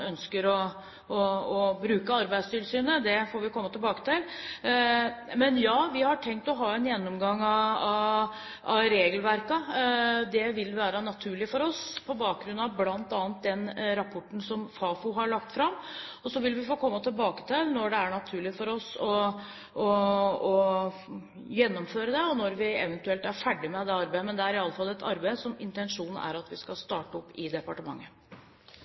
ønsker å bruke Arbeidstilsynet. Det får vi komme tilbake til. Men ja – vi har tenkt å ha en gjennomgang av regelverkene. Det vil være naturlig for oss, bl.a. på bakgrunn av den rapporten som Fafo har lagt fram. Så vil vi få komme tilbake til når det er naturlig for oss å gjennomføre det, og når vi eventuelt er ferdig med det arbeidet. Det er i alle fall et arbeid som det er intensjonen at vi skal starte opp i departementet.